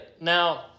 Now